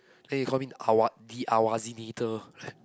then he call me awa~ the Awazinator